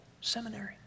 Seminary